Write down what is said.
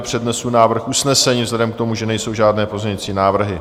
Přednesu návrh usnesení vzhledem k tomu, že nejsou žádné pozměňovací návrhy.